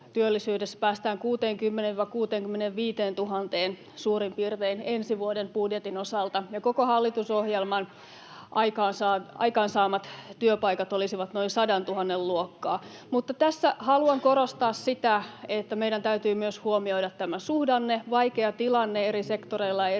työllisyydessä päästään suurin piirtein 60 000—65 000:een ensi vuoden budjetin osalta, ja koko hallitusohjelman aikaansaamat työpaikat olisivat noin 100 000:n luokkaa. Mutta tässä haluan korostaa sitä, että meidän täytyy myös huomioida tämä suhdanne, vaikea tilanne eri sektoreilla,